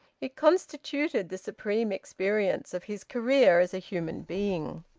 it constituted the supreme experience of his career as a human being.